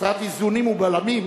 חסרת איזונים ובלמים,